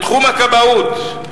מתחום הכבאות.